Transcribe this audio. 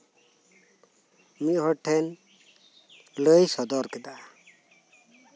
ᱢᱤᱫ ᱦᱚᱲ ᱴᱷᱮᱱ ᱞᱟᱹᱭ ᱥᱚᱫᱚᱨ ᱠᱮᱫᱟ